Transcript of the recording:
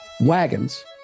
wagons